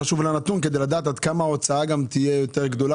הנתון הזה חשוב מאוד כדי לדעת עד כמה ההוצאה תהיה גדולה יותר.